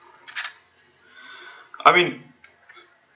I mean